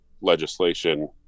legislation